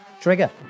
trigger